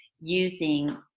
using